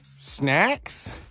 Snacks